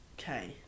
okay